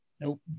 Nope